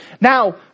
Now